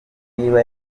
niba